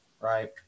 right